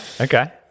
okay